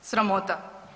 Sramota!